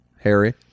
Harry